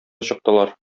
чыктылар